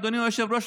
אדוני היושב-ראש,